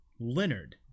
Leonard